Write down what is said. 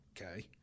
Okay